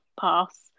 pass